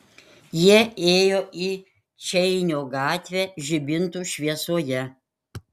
jie ėjo į čeinio gatvę žibintų šviesoje